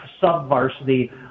sub-varsity